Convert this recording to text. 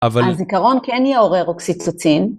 הזיכרון כן יעורר אוקסיצוצים.